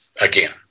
again